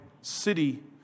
city